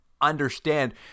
understand